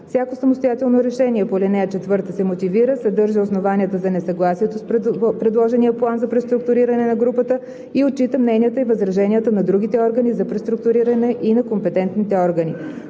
„Всяко самостоятелно решение по ал. 4 се мотивира, съдържа основанията за несъгласието с предложения план за преструктуриране на групата и отчита мненията и възраженията на другите органи за преструктуриране и на компетентните органи.“